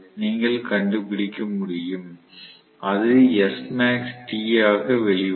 நீங்கள் கண்டுபிடிக்க முடியும் அது SmaxT ஆக வெளிவரும்